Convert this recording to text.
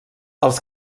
els